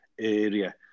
area